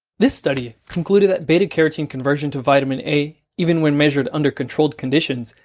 this study concluded that b-carotene conversion to vitamin a, even when measured under controlled conditions,